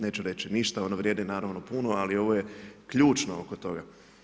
Neću reći ništa, one vrijede naravno puno, ali ovo je ključno oko toga.